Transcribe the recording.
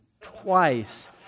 twice